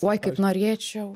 oi kaip norėčiau